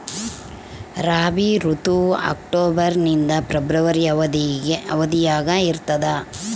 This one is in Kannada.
ರಾಬಿ ಋತುವು ಅಕ್ಟೋಬರ್ ನಿಂದ ಫೆಬ್ರವರಿ ಅವಧಿಯಾಗ ಇರ್ತದ